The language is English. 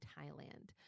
Thailand